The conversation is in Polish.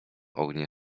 ogniem